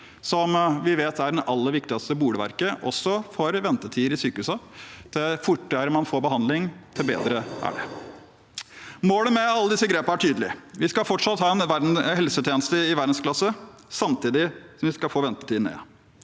som vi vet er det aller viktigste bolverket også mot ventetidene i sykehusene. Jo fortere man får behandling, jo bedre er det. Målet med alle disse grepene er tydelig: Vi skal fortsatt ha en helsetjeneste i verdensklasse, samtidig som vi skal få ventetidene